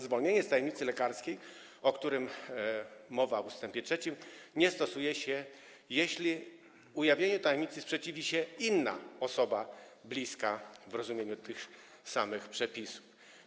Zwolnienia z tajemnicy lekarskiej, o którym mowa w ust. 3, nie stosuje się, jeśli ujawnieniu tajemnicy sprzeciwi się inna osoba bliska w rozumieniu tych samych przepisów.